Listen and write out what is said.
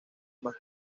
más